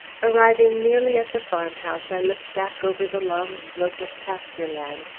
arriving nearly at the farmhouse, i looked back over the long slope of pasture land,